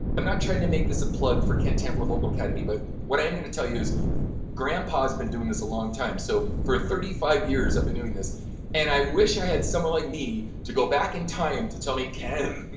i'm not trying to make this a plug for ken tamplin vocal academy, but what i am going to tell you is grandpa's been doing this a long time, so for thirty five years i've been doing this and i wish i had someone like me to go back in time to tell me ken,